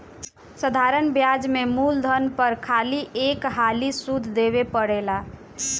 साधारण ब्याज में मूलधन पर खाली एक हाली सुध देवे परेला